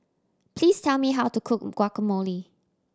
please tell me how to cook Guacamole